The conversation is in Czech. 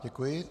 Děkuji.